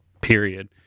Period